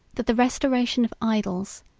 that the restoration of idols,